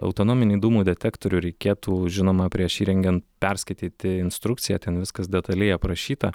autonominį dūmų detektorių reikėtų žinoma prieš įrengiant perskaityti instrukciją ten viskas detaliai aprašyta